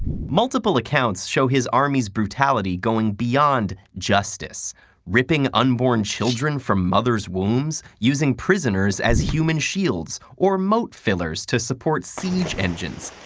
multiple accounts show his army's brutality going beyond justice ripping unborn children from mothers' wombs, using prisoners as human shields, or moat fillers to support siege engines,